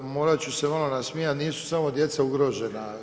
Morat ću se malo nasmijati, nisu samo djeca ugrožena.